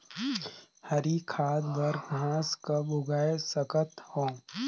हरी खाद बर घास कब उगाय सकत हो?